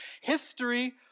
history